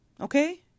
Okay